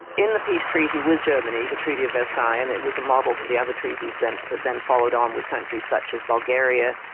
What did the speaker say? in the peace treaty with germany, the treaty of versailles, and it was a model for the other treaties that then followed on with countries such as bulgaria,